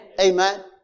Amen